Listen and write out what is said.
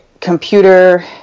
computer